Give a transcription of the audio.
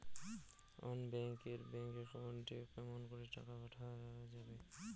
অন্য ব্যাংক এর bank account এ কেমন করে টাকা পাঠা যাবে?